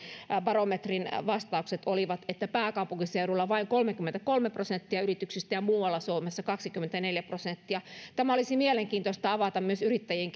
barometrin vastaukset olivat että pääkaupunkiseudulla vain kolmekymmentäkolme prosenttia yrityksistä ja muualla suomessa kaksikymmentäneljä prosenttia olisi mielenkiintoista avata myös yrittäjien